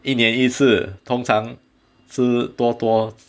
一年一次通常吃多多